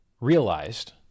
realized